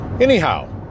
Anyhow